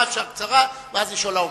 אפשר הרצאה קצרה ואז לשאול "האומנם".